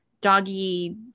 doggy